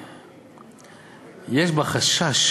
יש בה חשש